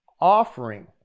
offering